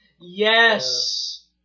Yes